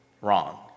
wrong